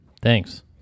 Thanks